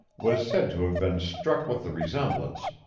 was said to have been struck with the resemblance.